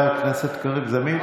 חבר הכנסת קריב, זה מיותר.